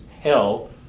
hell